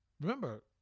remember